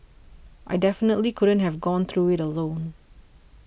I definitely couldn't have gone through it alone